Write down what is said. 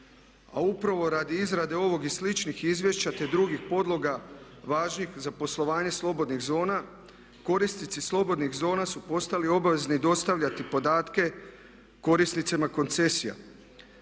a upravo radi izrade ovog i sličnih izvješća, te drugih podloga važnih za poslovanje slobodnih zona korisnici slobodnih zona su postali obvezni dostavljati podatke korisnicima koncesija.